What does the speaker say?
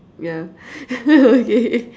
yeah okay